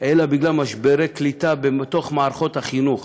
אלא בגלל משברי קליטה במערכות החינוך.